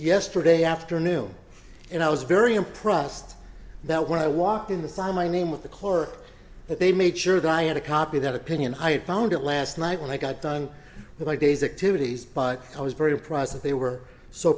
yesterday afternoon and i was very impressed that when i walked in the sign my name with the clerk that they made sure that i had a copy that opinion i found out last night when i got done with my day's activities by i was very surprised that they were so